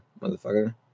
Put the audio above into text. motherfucker